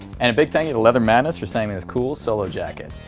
and a big thank you to leather madness for sending this cool solo jacket,